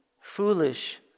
foolish